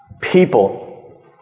people